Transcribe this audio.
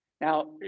Now